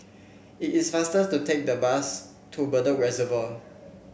it is faster to take the bus to Bedok Reservoir